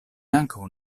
ankaŭ